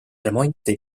remonti